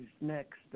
next